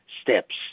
steps